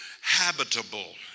habitable